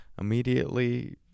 immediately